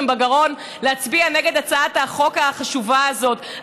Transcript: בגרון להצביע נגד הצעת החוק החשובה הזאת,